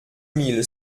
mille